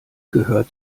gehört